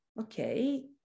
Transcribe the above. okay